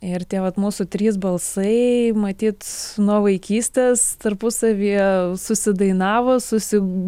ir tie vat mūsų trys balsai matyt nuo vaikystės tarpusavyje susidainavo susi